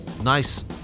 nice